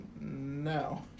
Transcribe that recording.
No